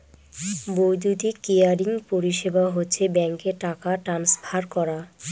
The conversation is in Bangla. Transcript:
বৈদ্যুতিক ক্লিয়ারিং পরিষেবা হচ্ছে ব্যাঙ্কে টাকা ট্রান্সফার করা